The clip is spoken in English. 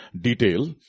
detail